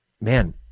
man